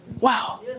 Wow